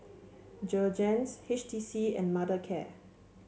Jergens H T C and Mothercare